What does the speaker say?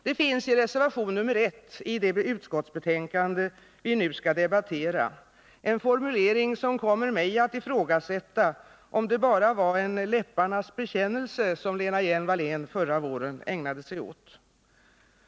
Det finns i reservation nr 1 i det utskottsbetänkande vi nu skall debattera en formulering som kommer mig att ifrågasätta om det bara var en läpparnas bekännelse som Lena Hjelm-Wallén förra våren ägnade sig åt.